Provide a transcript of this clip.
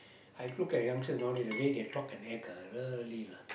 I look at youngsters nowadays the way they talk and act ah really lah